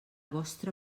vostra